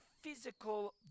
physical